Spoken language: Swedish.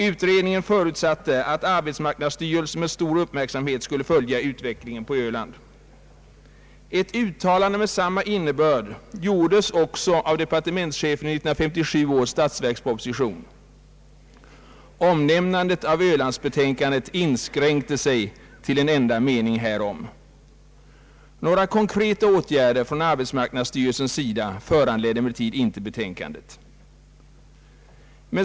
Utredningen förutsatte att arbetsmarknadsstyrelsen med stor uppmärksamhet skulle följa utvecklingen på Öland. Ett uttalande med samma innebörd gjordes också av departementschefen i 1957 års statsverksproposition. Omnämnandet av Ölandsbetänkandet inskränkte sig till en enda mening härom. Några konkreta åtgärder från arbetsmarknadsstyrelsens sida föranledde emellertid inte betänkandet.